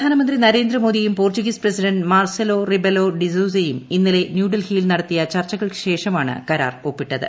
പ്രധാനമന്ത്രി നരേന്ദ്ര മോദിയും Portuguese president Marcelo Rebelo de സൂസയും ഇന്നലെ ന്യൂഡൽഹി യിൽ നടത്തിയ ചർച്ചകൾക്ക് ശേഷമാണ് കരാർ ഒപ്പിട്ടത്